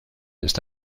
ist